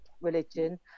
religion